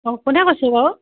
অঁ কোনে কৈছে বাৰু